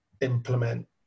implement